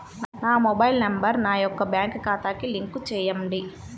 నా mobile number నా యొక్క బ్యాంక్ ఖాతాకి లింక్ చేయండీ?